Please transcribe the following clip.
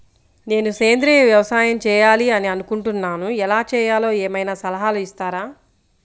నేను సేంద్రియ వ్యవసాయం చేయాలి అని అనుకుంటున్నాను, ఎలా చేయాలో ఏమయినా సలహాలు ఇస్తారా?